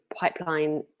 pipeline